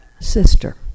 sister